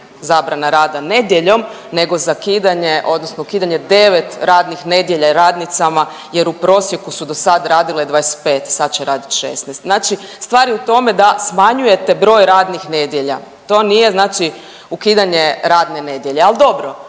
zabrana rada nedjeljom nego zakidanje odnosno ukidanje 9 radnih nedjelja radnicama jer u prosjeku su dosada radile 25, sad će raditi 16. Znači stvar je u tome da smanjujete broj radnih nedjelja. To nije znači ukidanje radne nedjelje, al dobro